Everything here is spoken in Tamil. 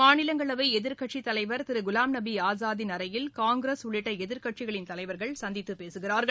மாநிலங்களவை எதிர்க்கட்சி தலைவர் திரு குலாம் நபி ஆசாத்தின் அறையில் காங்கிரஸ் உள்ளிட்ட எதிர்க்கட்சிகளின் தலைவர்கள் சந்தித்து பேசுகிறார்கள்